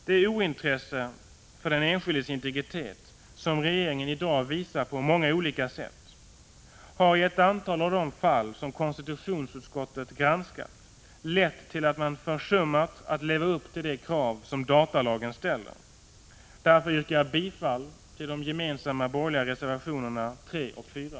Det ointresse för den enskildes integritet som regeringen i dag visar på många olika sätt har, i ett antal av de fall som konstitutionsutskottet granskat, lett till att regeringen försummat att leva upp till de krav som datalagen ställer. Därför yrkar jag bifall till de gemensamma borgerliga reservationerna 3 och 4.